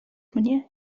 mnie